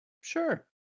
Sure